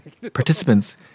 Participants